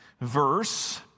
verse